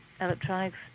electronics